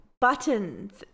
buttons